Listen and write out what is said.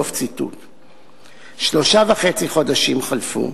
שלושה חודשים וחצי חלפו